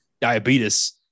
diabetes